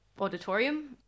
auditorium